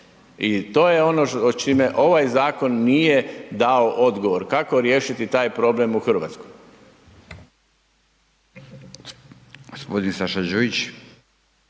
i to je ono čime ovaj zakon nije dao odgovor kako riješiti taj problem u Hrvatskoj. **Radin, Furio